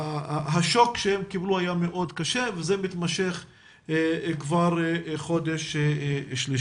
השוק שהם קיבלו היה מאוד קשה וזה מתמשך כבר חודש שלישי.